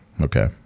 okay